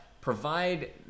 provide